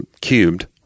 cubed